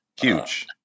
Huge